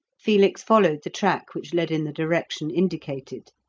felix followed the track which led in the direction indicated.